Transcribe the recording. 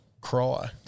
cry